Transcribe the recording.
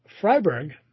Freiburg